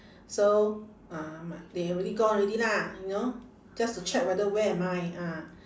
so uh m~ they already gone already lah you know just to check whether where am I ah